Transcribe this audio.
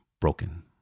broken